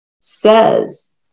says